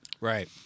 Right